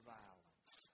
violence